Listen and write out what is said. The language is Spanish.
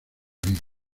vídeo